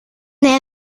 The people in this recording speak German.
der